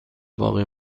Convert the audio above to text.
باقی